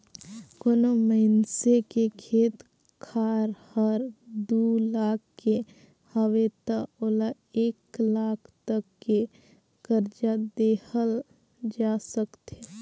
कोनो मइनसे के खेत खार हर दू लाख के हवे त ओला एक लाख तक के करजा देहल जा सकथे